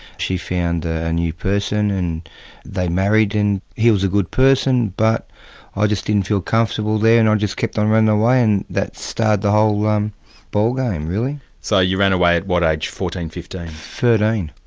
she found ah a new person, and they married, and he was a good person, but i ah just didn't feel comfortable there, and i um just kept on running away, and that started the whole um ball game really. so you ran away at what age, fourteen, fifteen? thirteen.